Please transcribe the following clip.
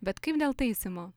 bet kaip dėl taisymo